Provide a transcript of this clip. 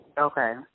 Okay